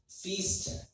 feast